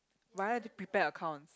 but I like to prepare accounts